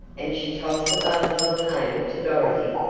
and she tossed a bundle of hay to dorothy.